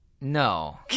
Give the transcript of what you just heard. No